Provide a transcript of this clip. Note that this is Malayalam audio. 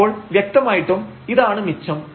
അപ്പോൾ വ്യക്തമായിട്ടും ഇതാണ് മിച്ചം